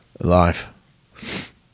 life